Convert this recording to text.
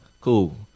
cool